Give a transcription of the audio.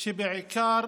שבעיקר